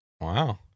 Wow